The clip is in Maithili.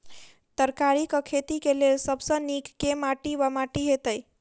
तरकारीक खेती केँ लेल सब सऽ नीक केँ माटि वा माटि हेतै?